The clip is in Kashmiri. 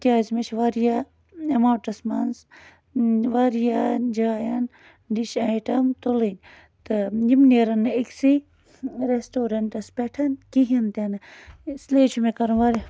تِکیٛازِ مےٚ چھِ واریاہ اٮ۪ماونٛٹس منٛز واریاہن جایَن ڈِش آیٹم تُلٕنۍ تہٕ یِم نیرَن نہٕ أکۍسٕے رٮ۪سٹورنٛٹَس پٮ۪ٹھ کِہیٖنۍ تہِ نہٕ اِسلیے چھُ مےٚ کَرُن واریاہ